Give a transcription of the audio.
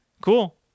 cool